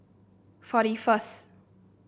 forty first